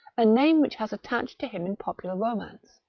a name which has attached to him in popular romance,